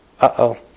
Uh-oh